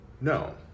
No